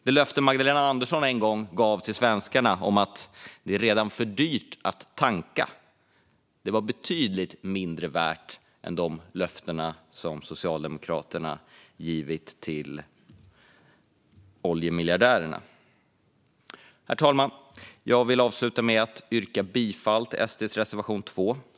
Det löfte Magdalena Andersson en gång gav svenskarna om att det redan är för dyrt att tanka var betydligt mindre värt än de löften som Socialdemokraterna givit oljemiljardärerna. Herr talman! Jag vill avsluta med att yrka bifall till SD:s reservation 1.